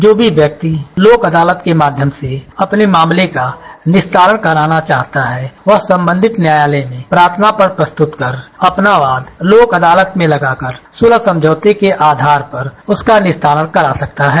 जो भी व्यक्ति लोक अदालत के माध्यम से अपने मामले का निस्तारण कराना चाहता है वह संबंधित न्यायालय में प्रार्थना पत्र प्रस्तुत कर अपना वाद लोक अदालत में लगाकर सुलह समझौते के आधार पर उसका निस्तारण करा सकता है